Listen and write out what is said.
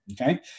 okay